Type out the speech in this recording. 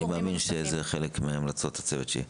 אני מאמין שזה חלק מהמלצות הצוות שיהיה.